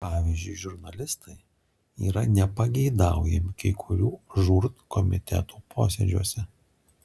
pavyzdžiui žurnalistai yra nepageidaujami kai kurių žūr komitetų posėdžiuose